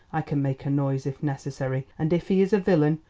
i can make a noise if necessary. and if he is a villain,